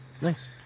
Nice